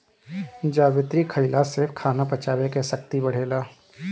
जावित्री खईला से खाना पचावे के शक्ति बढ़ेला